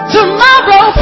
Tomorrow